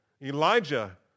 Elijah